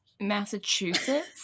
Massachusetts